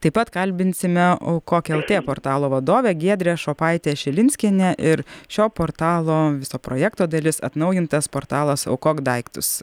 taip pat kalbinsime aukok lt portalo vadovę giedrę šopaitę šilinskienę ir šio portalo viso projekto dalis atnaujintas portalas aukok daiktus